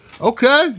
Okay